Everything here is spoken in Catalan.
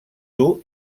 dur